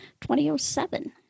2007